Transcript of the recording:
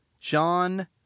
John—